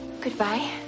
Goodbye